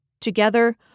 Together